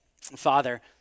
Father